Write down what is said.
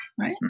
right